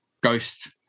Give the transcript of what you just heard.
ghost